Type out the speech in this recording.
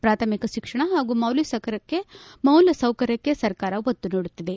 ಪ್ರಾಥಮಿಕ ಶಿಕ್ಷಣ ಹಾಗೂ ಮೂಲಸೌಕರ್ಯಕ್ಕೆ ಸರ್ಕಾರ ಒತ್ತು ನೀಡುತ್ತಿದೆ